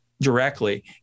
directly